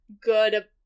good